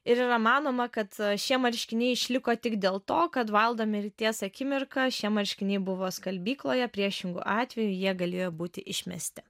ir yra manoma kad šie marškiniai išliko tik dėl to kad vaildo mirties akimirką šie marškiniai buvo skalbykloje priešingu atveju jie galėjo būti išmesti